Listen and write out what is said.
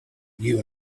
you